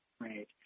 Right